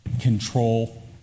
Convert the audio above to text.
control